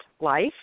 life